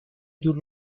دور